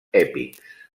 èpics